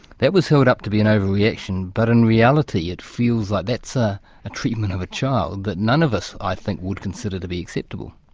that was held up to be an over-reaction, but in reality it feels like that's ah a treatment of a child that none of us i think would consider to be acceptable.